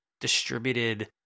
distributed